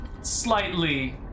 slightly